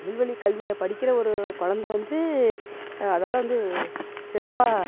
தமிழ் வழிக் கல்வியில் படிக்கிற ஒரு கொழந்த வந்து அதால் வந்து சிறப்பாக